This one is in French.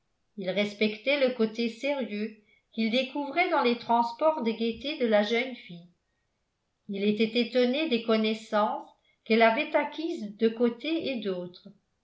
il respectait le côté sérieux qu'il découvrait dans les transports de gaîté de la jeune fille il était étonné des connaissances qu'elle avait acquises de côté et d'autres